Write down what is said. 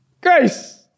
Grace